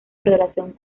relación